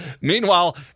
Meanwhile